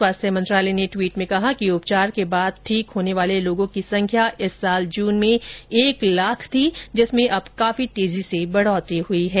स्वास्थ्य मंत्रालय ने ट्वीट में कहा कि उपचार के बाद ठीक होने वाले लोगों की संख्या इस वर्ष जून में एक लाख थी जिसमें अब काफी तेजी से बढ़ोतरी हुई है